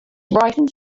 rising